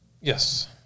Yes